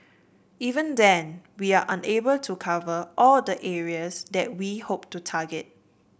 even then we are unable to cover all the areas that we hope to target